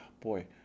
boy